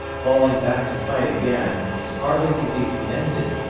falling back to fight again, is hardly to be commended,